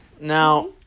Now